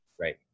Right